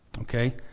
Okay